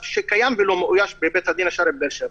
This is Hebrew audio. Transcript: שקיים ולא מאויש בבית הדין השרעי בבאר שבע.